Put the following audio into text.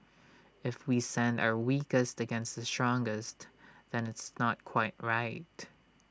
if we send our weakest against the strongest then it's not quite right